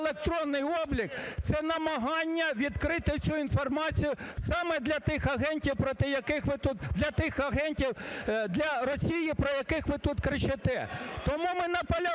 електронний облік, це намагання відкрити цю інформацію саме для тих агентів, проти яких ви тут, для тих агентів, для Росії, про яких ви тут кричите. Тому ми наполягаємо…